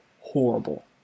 horrible